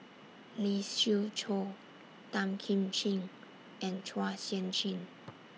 Lee Siew Choh Tan Kim Ching and Chua Sian Chin